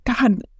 God